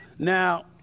Now